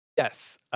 Yes